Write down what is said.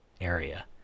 area